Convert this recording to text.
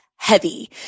Heavy